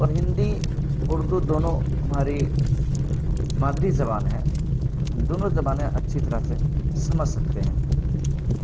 اور ہندی اردو دونوں ہماری مادری زبان ہیں ہم دونوں زبانیں اچھی طرح سے سمجھ سکتے ہیں